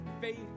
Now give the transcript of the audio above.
faith